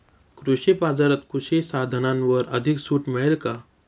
कृषी बाजारात कृषी साधनांवर अधिक सूट मिळेल का?